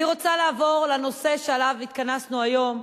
אני רוצה לעבור לנושא שעליו התכנסנו היום,